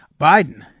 Biden